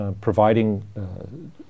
Providing